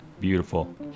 beautiful